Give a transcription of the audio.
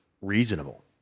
reasonable